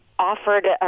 offered